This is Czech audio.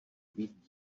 být